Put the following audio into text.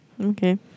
Okay